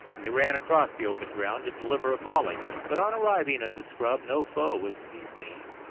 and they ran across the open ground to deliver a volley but on arriving at the scrub no foe was to be seen,